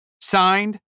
Signed